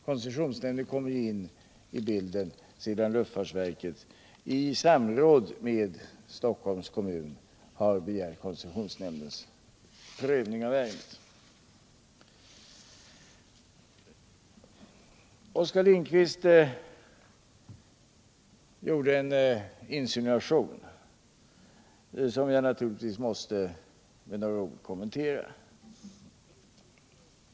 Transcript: Koncessionsnämnden kommer in i bilden efter det att luftfartsverket i samråd med Stock holms kommun begärt koncessionsnämndens prövning av ärendet. Oskar Lindkvist gjorde en insinuation som jag med några ord måste kommentera.